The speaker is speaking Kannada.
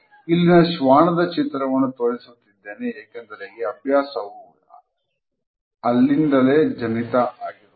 ಇಲ್ಲಿನ ಶ್ವಾನದ ಚಿತ್ರವನ್ನು ತೋರಿಸುತ್ತಿದ್ದೇನೆ ಏಕೆಂದರೆ ಅಭ್ಯಾಸವು ಅಲ್ಲಿಂದಲೇ ಜನಿತ ಆಗಿರುವುದು